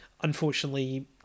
unfortunately